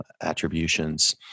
attributions